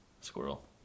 Squirrel